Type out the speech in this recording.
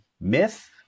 myth